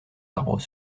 arbres